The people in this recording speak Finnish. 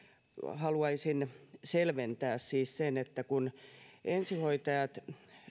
haluaisin selventää siis sen että kun ensihoitajat